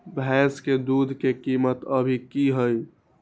भैंस के दूध के कीमत अभी की हई?